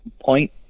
point